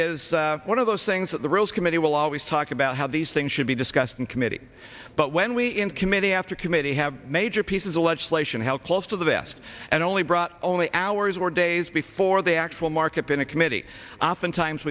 is one of those things that the rules committee will always talk about how these things should be discussed in committee but when we in committee after committee have major pieces of legislation how close to the best and only brought only hours or days before the actual market been a committee oftentimes